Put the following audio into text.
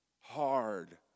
hard